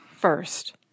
first